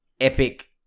epic